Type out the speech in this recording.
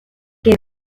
que